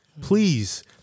Please